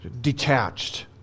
detached